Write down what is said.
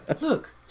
look